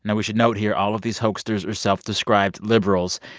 and we should note here all of these hoaxers are self-described liberals.